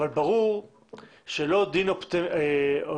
אבל ברור שלא דין חנות